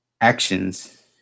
Actions